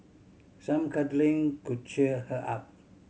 some cuddling could cheer her up